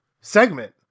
segment